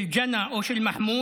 של ג'אנה או של מחמוד,